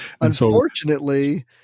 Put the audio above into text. Unfortunately